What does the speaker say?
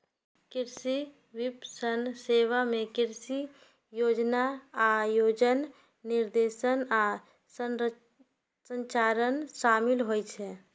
कृषि विपणन सेवा मे कृषि योजना, आयोजन, निर्देशन आ संचालन शामिल होइ छै